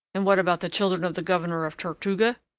and what about the children of the governor of tortuga?